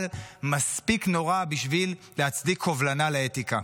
מספיק נורא בשביל להצדיק קובלנה לאתיקה.